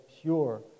pure